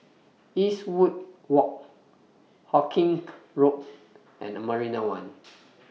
Eastwood Walk Hawkinge Road and Marina one